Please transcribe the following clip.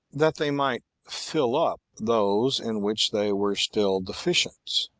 that they might fill up those in which they were still deficient,